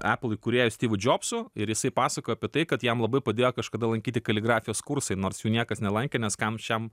apple įkūrėju styvu džobsu ir jisai pasakojo apie tai kad jam labai padėjo kažkada lankyti kaligrafijos kursai nors jų niekas nelankė nes kam šiam